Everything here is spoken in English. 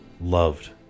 loved